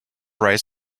right